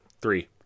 Three